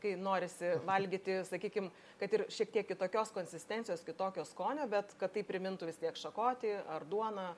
kai norisi valgyti sakykim kad ir šiek tiek kitokios konsistencijos kitokio skonio bet kad tai primintų vis tiek šakotį ar duoną